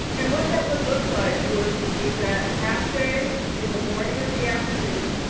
and what that would look like would be that half day in the morning or the afternoon,